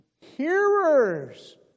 hearers